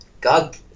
God